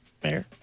Fair